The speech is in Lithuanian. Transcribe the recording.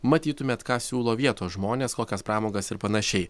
matytumėt ką siūlo vietos žmonės kokias pramogas ir panašiai